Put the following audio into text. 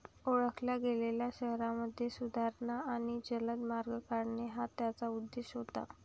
ओळखल्या गेलेल्या शहरांमध्ये सुधारणा आणि जलद मार्ग काढणे हा त्याचा उद्देश होता